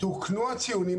תוקנו הציונים,